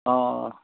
অঁ